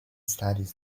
studies